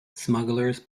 smugglers